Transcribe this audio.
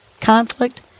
conflict